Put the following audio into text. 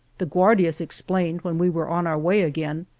the guardias explained, when we were on our way again,